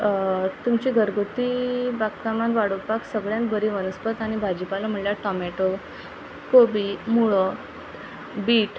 तुमची घरगुती बागकामान वाडोवपाक सगळ्यांत बरी वनस्पत आनी भाजीपाल म्हणल्यार टॉमॅटो कोबी मुळो बीट